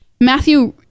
Matthew